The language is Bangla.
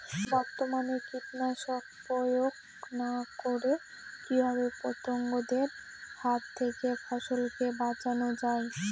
বর্তমানে কীটনাশক প্রয়োগ না করে কিভাবে পতঙ্গদের হাত থেকে ফসলকে বাঁচানো যায়?